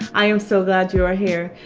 i am so glad you are here!